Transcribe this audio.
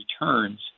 returns